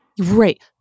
right